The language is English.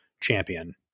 champion